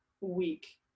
week